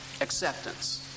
Acceptance